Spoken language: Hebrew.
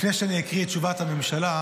לפני שאני אקריא את תשובת הממשלה,